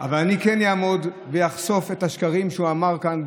אבל אני כן אעמוד ואחשוף את השקרים שהוא אמר כאן,